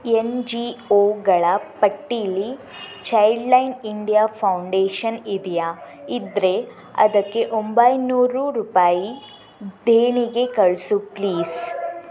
ಯನ್ G ಒಗಳ ಪಟ್ಟೀಲಿ childline India foundation ಇದೆಯಾ ಇದ್ರೆ ಅದಕ್ಕೆ ಒಂಬೈನೂರು ರೂಪಾಯಿ ದೇಣಿಗೆ ಕಳಿಸು ಪ್ಲೀಸ್